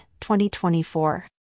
2024